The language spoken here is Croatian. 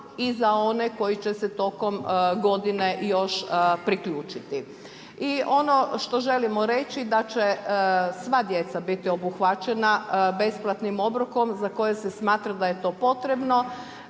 i za one koji će se tokom godine još priključiti. I ono što želimo reći da će sva djeca biti obuhvaćena besplatnim obrokom za koje se smatra da je to potrebno.